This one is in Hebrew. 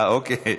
אוקיי.